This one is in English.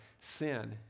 sin